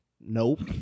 Nope